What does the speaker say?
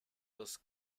los